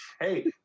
Hey